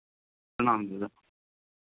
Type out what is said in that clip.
प्रणाम दादा